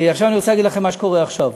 עכשיו אני רוצה להגיד לכם מה שקורה עכשיו.